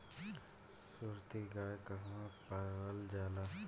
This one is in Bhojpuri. सुरती गाय कहवा पावल जाला?